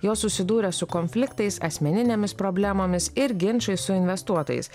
jos susidūrė su konfliktais asmeninėmis problemomis ir ginčais su investuotojais